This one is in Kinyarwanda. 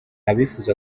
abifuza